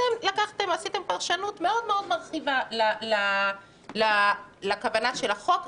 אתם עשיתם פרשנות מאוד מרחיבה לכוונה של החוק.